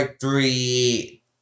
three